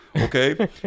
Okay